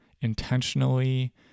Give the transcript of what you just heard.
intentionally